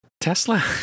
Tesla